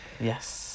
Yes